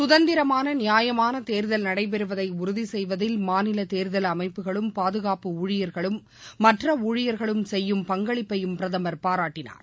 கதந்திரமான நியாயமான தேர்தல் நடைபெறுவதை உறுதிசெய்வதில் மாநில தேர்தல் அமைப்புகளும் பாதுகாப்பு ஊழியர்களும் மற்ற ஊழியர்களும் செய்யும் பங்களிப்பையும் பிரதமர் பாராட்டினார்